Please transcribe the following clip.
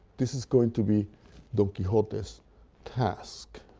this is going to be don quixote's task.